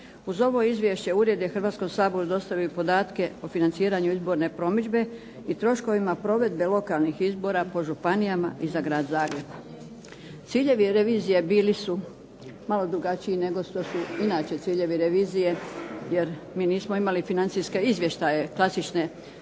Uz ovo izvješće ured je Hrvatskom saboru dostavio i podatke o financiranju izborne promidžbe i troškovima provedbe lokalnih izbora po županija i za Grad Zagreb. Ciljevi revizije bili su malo drugačiji nego što su inače ciljevi revizije, jer mi nismo imali financijske izvještaje klasične već